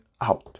out